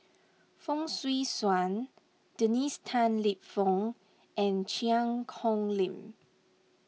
Fong Swee Suan Dennis Tan Lip Fong and Cheang Kong Lim